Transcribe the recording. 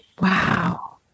Wow